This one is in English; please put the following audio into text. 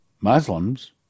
Muslims